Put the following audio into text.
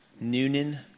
Noonan